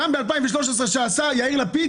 גם ב-2013 כשעשה יאיר לפיד,